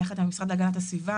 יחד עם המשרד להגנת הסביבה,